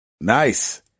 Nice